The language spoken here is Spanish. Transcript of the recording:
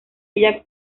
ella